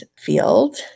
field